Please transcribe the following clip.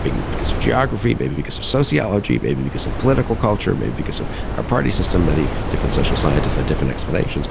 bigger because of geography, maybe because of sociology, maybe because of political culture, maybe because of our party system. many different social scientist had different explanations.